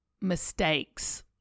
mistakes